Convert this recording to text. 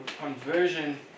conversion